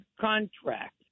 contract